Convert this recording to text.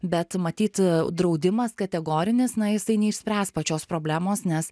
bet matyt draudimas kategorinis na jisai neišspręs pačios problemos nes